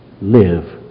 live